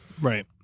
Right